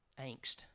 angst